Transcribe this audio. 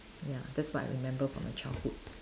ya that's what I remember from my childhood